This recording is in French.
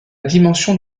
dimension